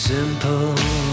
Simple